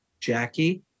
Jackie